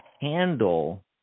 handle